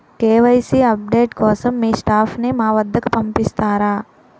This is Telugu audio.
కే.వై.సీ అప్ డేట్ కోసం మీ స్టాఫ్ ని మా వద్దకు పంపిస్తారా?